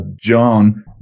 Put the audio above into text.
John